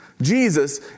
Jesus